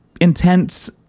intense